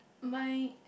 my